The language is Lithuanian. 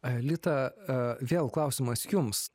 aelita vėl klausimas jums